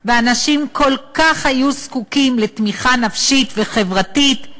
ואנשים כל כך היו זקוקים לתמיכה נפשית וחברתית,